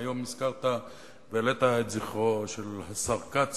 והיום נזכרת והעלית את זכרו של השר כ"ץ,